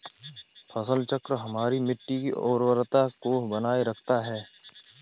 फसल चक्र हमारी मिट्टी की उर्वरता को बनाए रखता है